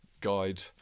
guide